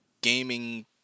gaming